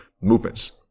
movements